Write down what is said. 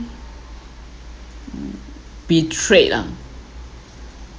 mm betrayed ah